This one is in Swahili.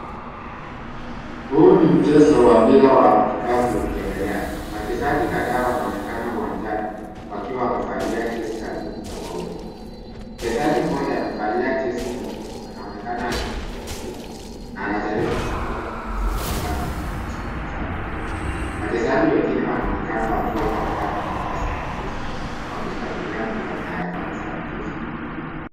Huu ni mchezo wa mpira wa kikapu ukiendelea, wachezaji kadhaa wanaonekana uwanjani wakiwa wamevalia jezi za timu tofauti. Mchezaji moja amevalia jezi nyekundu anaonekana akimiliki mpira na anajaribu kumkwepa mlinzi kutoka timu za pinzani. Wachezaji wengine wanaonekana wakiwa katikati na saa za mchezo wakifuatilia mpira na harakati za mchezo.